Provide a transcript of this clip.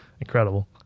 incredible